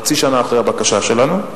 חצי שנה אחרי הבקשה שלנו.